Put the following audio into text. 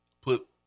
put